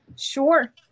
Sure